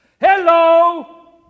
Hello